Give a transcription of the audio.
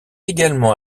également